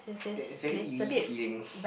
uh very eerie feeling